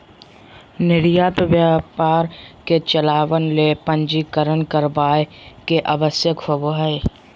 निर्यात व्यापार के चलावय ले पंजीकरण करावय के आवश्यकता होबो हइ